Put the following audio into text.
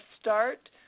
start